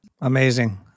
Amazing